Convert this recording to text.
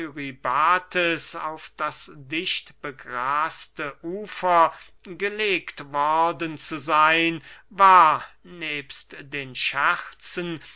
eurybates auf das dichtbegraste ufer gelegt worden zu seyn war nebst den scherzen